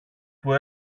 που